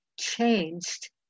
changed